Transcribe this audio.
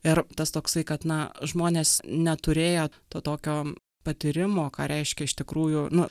ir tas toksai kad na žmonės neturėjo to tokio patyrimo ką reiškia iš tikrųjų nu